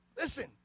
listen